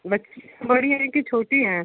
बच्ची बड़ी हैं कि छोटी हैं